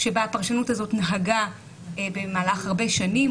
שבה הפרשנות הזאת נהגה במהלך הרבה שנים,